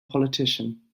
politician